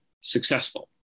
successful